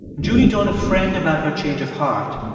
julie told a friend about her change of heart,